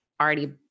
already